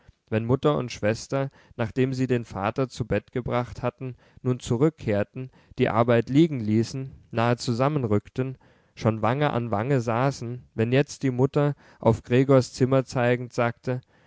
wenn mutter und schwester nachdem sie den vater zu bett gebracht hatten nun zurückkehrten die arbeit liegenließen nahe zusammenrückten schon wange an wange saßen wenn jetzt die mutter auf gregors zimmer zeigend sagte